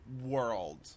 world